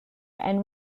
and